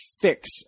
fix